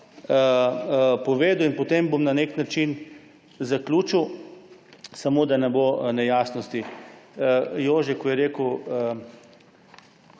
povedal in potem bom na nek način zaključil, samo da ne bo nejasnosti. Jože je rekel